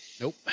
Nope